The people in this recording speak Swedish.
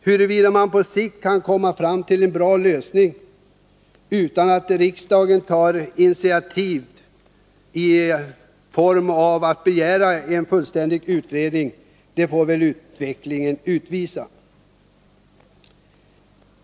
Huruvida man på sikt kan komma fram till en bra lösning utan att riksdagen tar initiativ i form av att begära en fullständig utredning får väl utvecklingen utvisa.